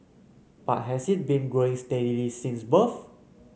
but has it been growing steadily since birth